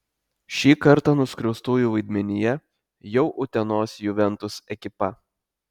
šį kartą nuskriaustųjų vaidmenyje jau utenos juventus ekipa